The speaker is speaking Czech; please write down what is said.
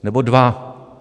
Nebo dva.